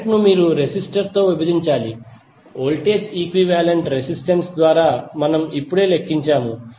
current ను మీరు resistor తో విభజించాలి వోల్టేజ్ ఈక్వివాలెంట్ రెసిస్టెన్స్ ద్వారా మనము ఇప్పుడే లెక్కించాము